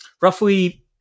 Roughly